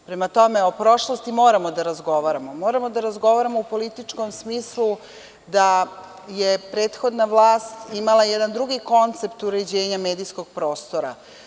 Prema tome, o prošlosti moramo da razgovaramo, moramo da razgovaramo u političkom smislu da je prethodna vlast imala jedan drugi koncept uređivanja medijskog prostora.